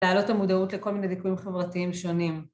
‫להעלות המודעות לכל מיני ‫ליקויים חברתיים שונים.